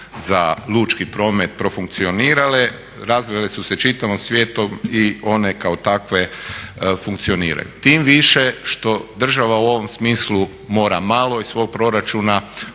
za lučki promet profunkcionirale. Razvile su se čitavim svijetom i one kao takve funkcioniraju. Tim više što država u ovom smislu mora malo iz svog proračuna